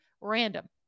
random